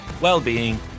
well-being